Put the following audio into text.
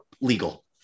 legal